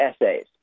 essays